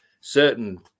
certain